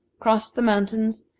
crossed the mountains,